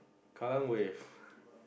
Kallang Wave